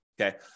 Okay